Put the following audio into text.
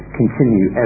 continue